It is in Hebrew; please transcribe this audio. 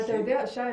שי,